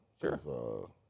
Sure